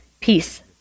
peace